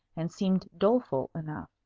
and seemed doleful enough.